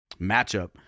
matchup